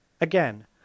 Again